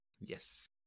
Yes